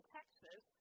Texas